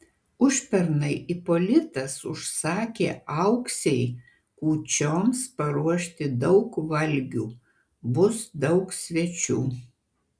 užpernai ipolitas užsakė auksei kūčioms paruošti daug valgių bus daug svečių